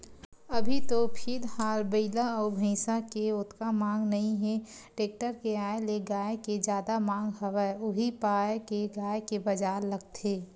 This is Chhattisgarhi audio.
अभी तो फिलहाल बइला अउ भइसा के ओतका मांग नइ हे टेक्टर के आय ले गाय के जादा मांग हवय उही पाय के गाय के बजार लगथे